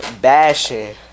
bashing